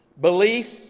belief